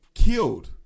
Killed